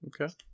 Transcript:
Okay